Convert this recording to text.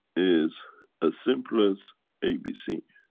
is as simple as abc.